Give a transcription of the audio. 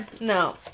No